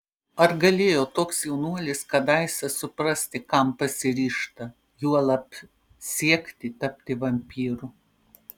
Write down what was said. ar galėjo toks jaunuolis kadaise suprasti kam pasiryžta juolab siekti tapti vampyru